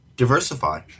diversify